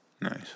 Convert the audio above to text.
Nice